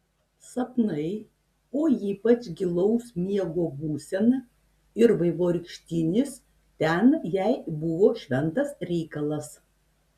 sapnai o ypač gilaus miego būsena ir vaivorykštinis ten jai buvo šventas reikalas